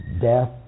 death